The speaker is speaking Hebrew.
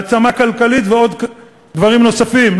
מעצמה כלכלית ודברים נוספים,